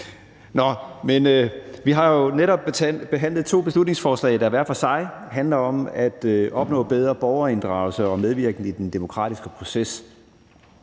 Vi har jo netop behandlet to beslutningsforslag, der hver for sig handler om at opnå bedre borgerinddragelse og medvirken i den demokratiske proces.